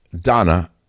donna